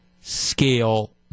scale